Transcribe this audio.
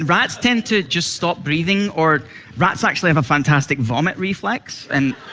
rats tend to just stop breathing, or rats actually have a fantastic vomit reflex. and